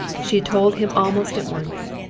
she told him almost at once.